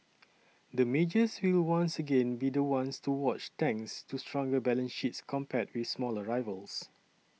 the majors will once again be the ones to watch thanks to stronger balance sheets compared with smaller rivals